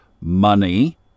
money